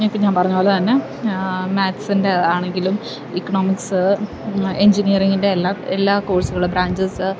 പിന്നെ ഞാൻ പറഞ്ഞപോലെ തന്നെ മാക്സിൻ്റെ ആണെങ്കിലും ഇക്കണോമിക്സ് എൻജിനീയറിങ്ങിൻ്റെ എല്ലാ എല്ലാ കോഴ്സുകള് ബ്രാഞ്ചസ്